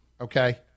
okay